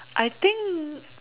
I think